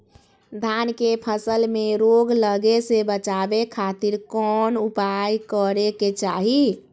धान के फसल में रोग लगे से बचावे खातिर कौन उपाय करे के चाही?